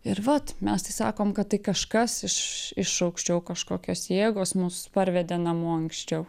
ir vat mes tai sakom kad tai kažkas iš iš aukščiau kažkokios jėgos mus parvedė namo anksčiau